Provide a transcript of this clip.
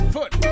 Foot